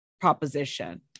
proposition